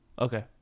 okay